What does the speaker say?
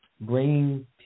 bringing